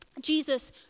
Jesus